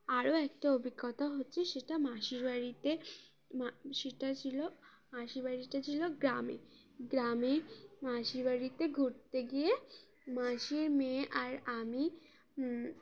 আরও একটা অভিজ্ঞতা হচ্ছে সেটা মাসির বাাড়িতে মা সেটা ছিল মাসির বাাড়িটা ছিল গ্রামে গ্রামে মাসির বাাড়িতে ঘুরতে গিয়ে মাসির মেয়ে আর আমি